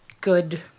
good